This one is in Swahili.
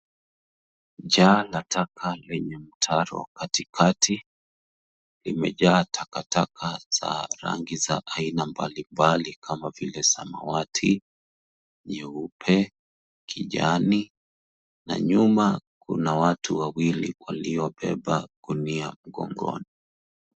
Jaa la taka lenye mtaro katikati limejaa takataka za rangi za aina mbalimbali kama vile samawati, nyeupe, kijani na nyuma kuna watu wawili waliobeba gunia mgongoni.